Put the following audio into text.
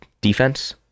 defense